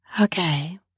Okay